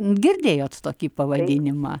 girdėjot tokį pavadinimą